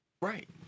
Right